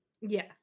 Yes